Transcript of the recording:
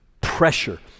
pressure